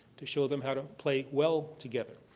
to show them how to play well together,